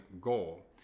goal